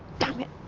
dammit.